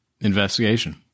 investigation